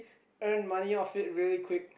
earn money off it really quick